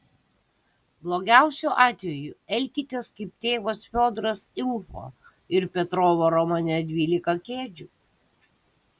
blogiausiu atveju elkitės kaip tėvas fiodoras ilfo ir petrovo romane dvylika kėdžių